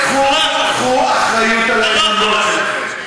קחו אחריות על האמונה שלכם.